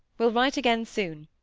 will write again soon.